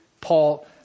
Paul